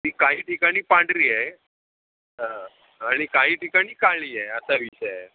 ती काही ठिकाणी पांढरी आहे हां आणि काही ठिकाणी काळी आहे असा विषय आहे